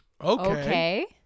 Okay